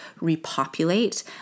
repopulate